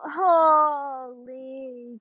Holy